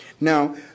Now